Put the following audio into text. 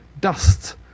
dust